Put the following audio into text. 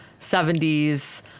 70s